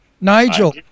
Nigel